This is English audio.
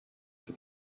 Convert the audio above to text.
for